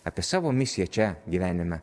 apie savo misiją čia gyvenime